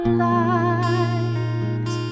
light